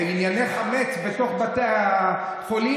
בענייני חמץ בתוך בתי החולים,